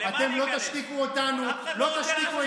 לציבור שקולו מושתק,